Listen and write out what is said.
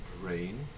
brain